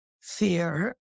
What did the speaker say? fear